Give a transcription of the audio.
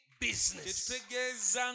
business